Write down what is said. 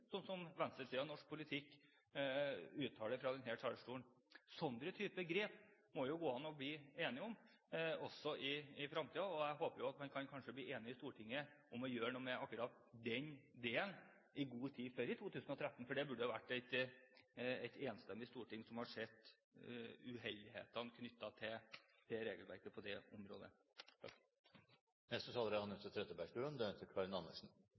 som venstresiden i norsk politikk uttaler fra denne talerstolen. Slike grep må det gå an å bli enige om, også i fremtiden. Jeg håper at man kanskje kan bli enig i Stortinget om å gjøre noe med akkurat den delen i god tid før 2013, for det burde være et enstemmig storting som så uheldighetene knyttet til regelverket på det området. Fremskrittspartiets kutt i fradraget for fagforeningskontingent er